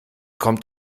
kommt